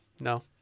No